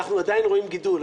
אנחנו עדיין רואים גידול.